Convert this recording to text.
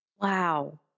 Wow